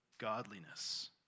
godliness